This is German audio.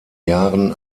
jahren